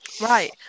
Right